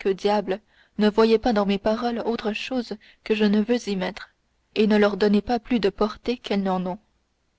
que diable ne voyez pas dans mes paroles autre chose que je ne veux y mettre et ne leur donnez pas plus de portée qu'elles n'en ont